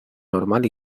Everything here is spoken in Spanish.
normal